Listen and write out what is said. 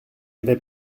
avait